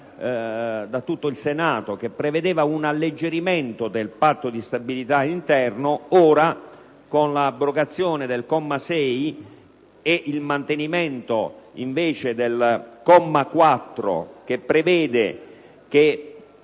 da tutto il Senato - un alleggerimento del Patto di stabilità interno; ora infatti, con l'abrogazione del comma 6 e il mantenimento invece del comma 4, si prevede che